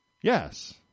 Yes